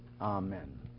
Amen